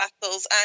battles